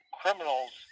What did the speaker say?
criminals